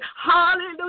hallelujah